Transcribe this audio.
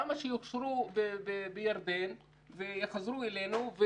למה שיוכשרו בירדן ויחזרו אלינו?